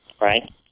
right